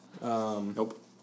Nope